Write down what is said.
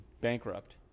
bankrupt